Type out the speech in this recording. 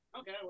Okay